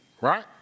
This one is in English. right